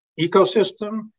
ecosystem